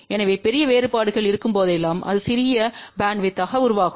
எனவே பெரிய வேறுபாடுகள் இருக்கும்போதெல்லாம் அது சிறிய பேண்ட்வித்யை உருவாக்கும்